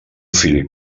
fill